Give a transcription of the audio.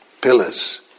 Pillars